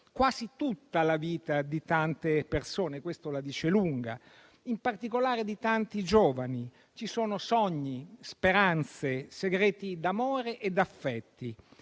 quasi tutta la vita di tante persone - ciò la dice lunga - e in particolare di tanti giovani. Ci sono sogni, speranze, segreti d'amore ed affetti.